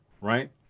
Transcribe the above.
right